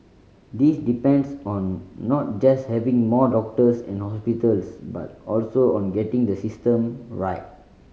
this depends on not just having more doctors and hospitals but also on getting the system right